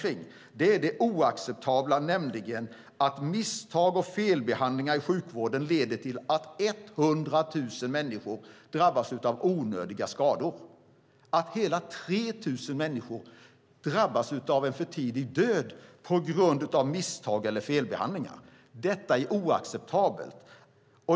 Det handlar om det oacceptabla i att misstag och felbehandlingar i sjukvården leder till att 100 000 människor drabbas av onödiga skador. Hela 3 000 människor drabbas av en för tidig död på grund av misstag eller felbehandlingar. Detta är oacceptabelt.